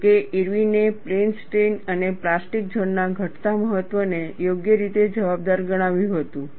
જો કે ઇરવિને પ્લેન સ્ટ્રેઇન અને પ્લાસ્ટિક ઝોન ના ઘટતા મહત્વને યોગ્ય રીતે જવાબદાર ગણાવ્યું હતું